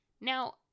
Now